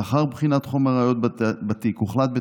לאחר בחינת חומר הראיות בתיק הוחלט,